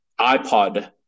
ipod